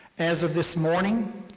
as of this morning,